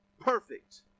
perfect